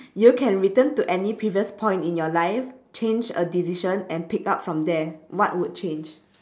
you can return to any previous point in your life change a decision and pick up from there what would change